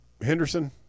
Henderson